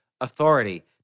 authority